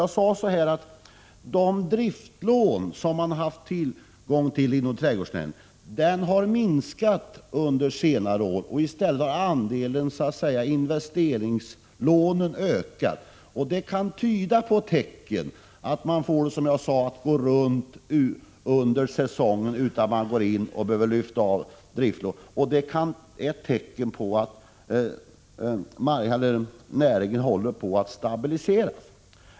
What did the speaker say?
Jag sade nämligen att de driftslån som man har haft tillgång till inom trädgårdsnäringen har minskat under senare år, och i stället har andelen investeringslån ökat. Detta kan tyda på att man får det att gå runt under säsongen utan att behöva lyfta av driftslån. Det kan vara ett tecken på att näringen håller på att stabiliseras.